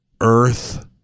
Earth